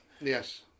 Yes